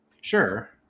Sure